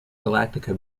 galactica